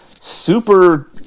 super